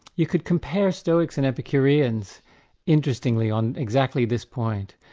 you could compare stoics and epicureans interestingly, on exactly this point.